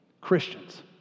Christians